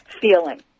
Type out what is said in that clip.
feeling